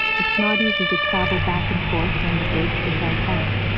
it's not easy to travel back and forth on the bridge without help.